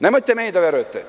Nemojte meni da verujete.